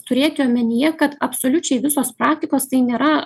turėti omenyje kad absoliučiai visos praktikos tai nėra